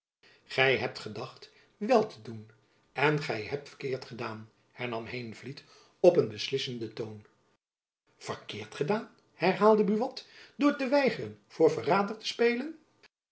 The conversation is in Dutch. gy hebt gedacht wel te doen en gy hebt verkeerd gedaan hernam heenvliet op een beslissenden toon verkeerd gedaan herhaalde buat door te weigeren voor verrader te spelen